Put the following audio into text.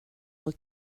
will